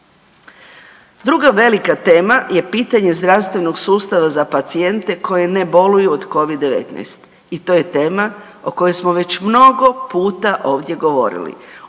Druga velika tema je pitanje zdravstvenog sustava za pacijente koji ne boluju od covid-19 i to je tema o kojoj smo već mnogo puta ovdje govorili.